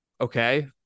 Okay